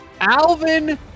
Alvin